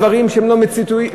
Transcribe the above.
דברים שהם לא מציאותיים,